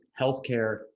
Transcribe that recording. healthcare